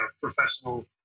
professional